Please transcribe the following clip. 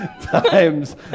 times